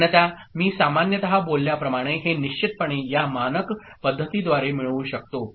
अन्यथा मी सामान्यत बोलल्याप्रमाणे हे निश्चितपणे या मानक पद्धतीद्वारे मिळवू शकतो